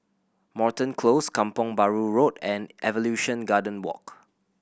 Moreton Close Kampong Bahru Road and Evolution Garden Walk